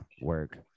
work